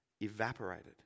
evaporated